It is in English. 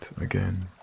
again